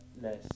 less